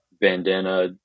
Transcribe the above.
bandana